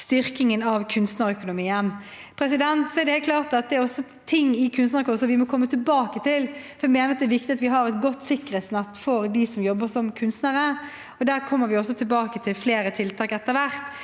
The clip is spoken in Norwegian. styrkingen av kunstnerøkonomien. Så er det helt klart også ting i Kunstnarkår som vi må komme tilbake til. Jeg mener det er viktig at vi har et godt sikkerhetsnett for dem som jobber som kunstnere. Der kommer vi tilbake til flere tiltak etter hvert,